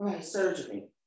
surgery